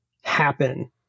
happen